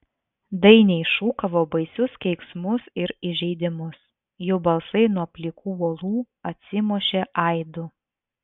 dainiai šūkavo baisius keiksmus ir įžeidimus jų balsai nuo plikų uolų atsimušė aidu